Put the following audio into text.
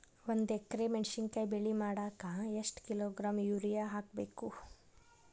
ಒಂದ್ ಎಕರೆ ಮೆಣಸಿನಕಾಯಿ ಬೆಳಿ ಮಾಡಾಕ ಎಷ್ಟ ಕಿಲೋಗ್ರಾಂ ಯೂರಿಯಾ ಹಾಕ್ಬೇಕು?